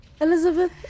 elizabeth